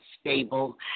stable